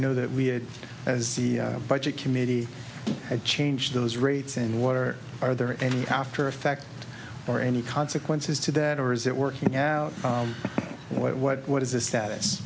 know that we had as the budget committee changed those rates and water are there any aftereffect or any consequences to that or is it working out what what is the status